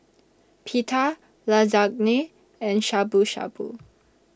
Pita Lasagne and Shabu Shabu